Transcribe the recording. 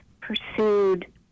pursued